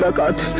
but god